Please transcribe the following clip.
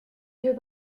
yeux